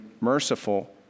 merciful